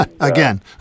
again